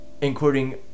including